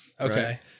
Okay